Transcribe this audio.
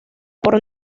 por